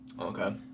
Okay